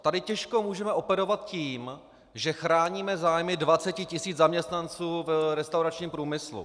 Tady těžko můžeme operovat tím, že chráníme zájmy 20 tisíc zaměstnanců v restauračním průmyslu.